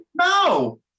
No